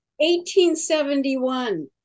1871